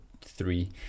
three